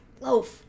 Loaf